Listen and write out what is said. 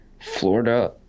Florida